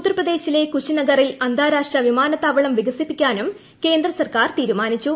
ഉത്തർപ്രദേശിലെ കുശിനഗറിൽ അന്താരാഷ്ട്ര വിമാനത്താവളം വികസിപ്പിക്കാനും കേന്ദ്ര സർക്കാർ തീരുമാനിച്ചു